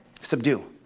subdue